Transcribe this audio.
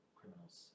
criminals